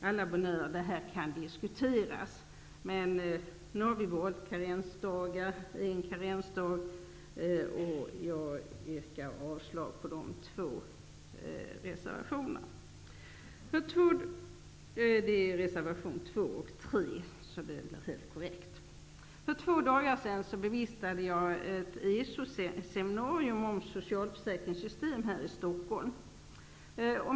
À la bonheure, det kan diskuteras, men nu har vi valt en karensdag, och jag yrkar avslag på de två reservationerna. För två dagar sedan bevistade jag här i Stockholm ett ESO-seminarium om socialförsäkringssystem.